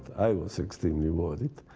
i was extremely worried.